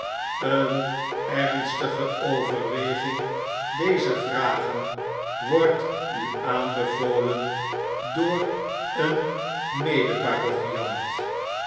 een ernstige overweging dezer vragen wordt u aanbevolen door een mede parochiant